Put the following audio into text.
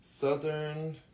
southern